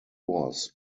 was